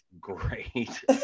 great